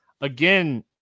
again